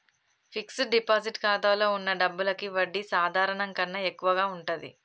fixed deposit ఖాతాలో వున్న డబ్బులకి వడ్డీ సాధారణం కన్నా ఎక్కువగా ఉంటది